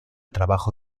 trabajo